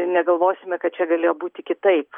negalvosime kad čia galėjo būti kitaip